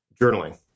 journaling